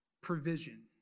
provision